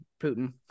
Putin